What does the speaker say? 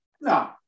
No